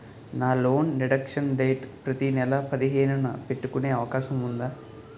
నా loan deduction date ప్రతి నెల పదిహేను న పెట్టుకునే అవకాశం ఉందా?